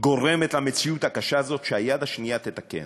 גורמת למציאות הקשה הזאת, שהיד השנייה תתקן